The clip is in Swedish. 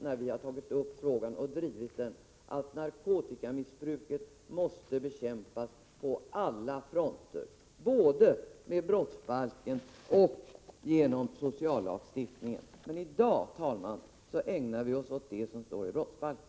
När vi har tagit upp frågan och drivit den är det för att narkotikamissbruket måste bekämpas på alla fronter, både med brottsbalken och genom sociallagstiftningen. I dag, herr talman, ägnar vi oss åt det som står i brottsbalken.